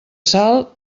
sal